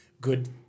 good